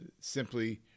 simply